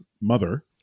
mother